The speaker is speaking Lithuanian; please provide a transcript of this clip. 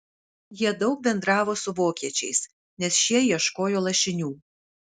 jie daug bendravo su vokiečiais nes šie ieškojo lašinių